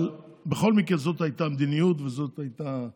אבל בכל מקרה זו הייתה המדיניות, וזו הייתה המגמה.